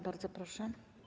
Bardzo proszę.